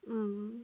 mm